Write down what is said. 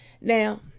Now